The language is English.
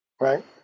right